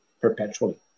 perpetually